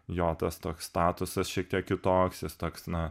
jo tas toks statusas šiek tiek kitoks jis toks na